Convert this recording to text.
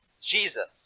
Jesus